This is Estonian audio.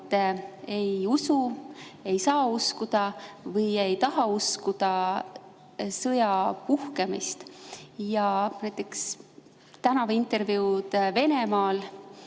ei usu, ei saa uskuda või ei taha uskuda sõja puhkemist. Näiteks tänavaintervjuudes Venemaal